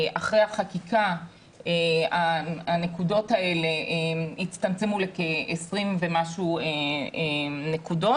אחרי החקיקה הנקודות האלה הצטמצמו לכ-20 ומשהו נקודות